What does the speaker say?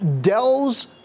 Dell's